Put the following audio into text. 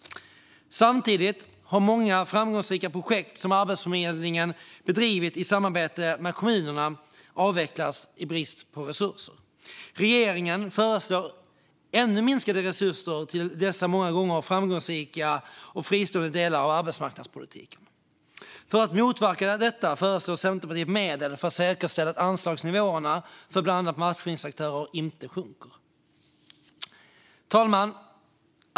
Samtidigt har många framgångsrika projekt som Arbetsförmedlingen bedrivit i samarbete med kommuner avvecklats i brist på resurser. Regeringen föreslår minskade resurser till dessa många gånger framgångsrika och fristående delar av arbetsmarknadspolitiken. För att motverka detta föreslår Centerpartiet medel för att säkerställa att anslagsnivåerna för bland annat matchningsaktörer inte sjunker. Fru talman!